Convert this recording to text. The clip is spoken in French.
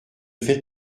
faites